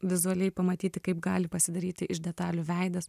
vizualiai pamatyti kaip gali pasidaryti iš detalių veidas